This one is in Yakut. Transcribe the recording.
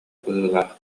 быһыылаах